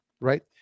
right